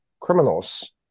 criminals